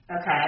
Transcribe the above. okay